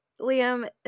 Liam